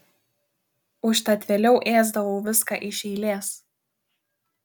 užtat vėliau ėsdavau viską iš eilės